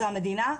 זו המדינה?